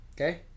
Okay